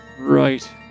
Right